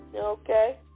okay